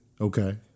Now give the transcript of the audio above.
Okay